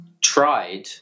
tried